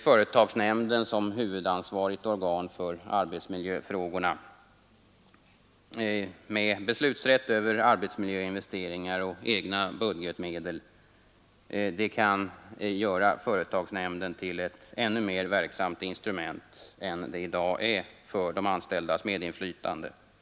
Företagsnämnden som huvudansvarigt organ för arbetsmiljöfrågorna med beslutanderätt över arbetsmiljöinvesteringarna och egna budgetmedel kan göra företagsnämnden till ett ännu mer verksamt instrument för de anställdas medinflytande än det i dag är.